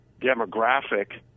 demographic